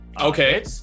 Okay